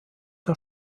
der